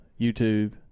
YouTube